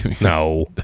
No